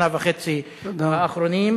שנה וחצי האחרונות,